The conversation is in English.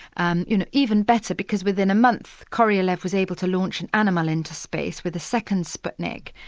and you know even better, because within a month, korolev was able to launch an animal into space with a second sputnik,